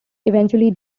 eventually